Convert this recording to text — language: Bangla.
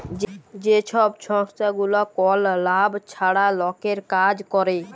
যে ছব সংস্থাগুলা কল লাভ ছাড়া লকের কাজ ক্যরে